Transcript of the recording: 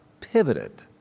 pivoted